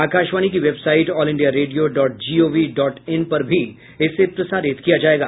आकाशवाणी की website all India radio dot GOV dot in पर भी इसे प्रसारित किया जाएगा